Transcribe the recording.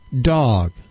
dog